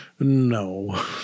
No